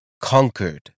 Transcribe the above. conquered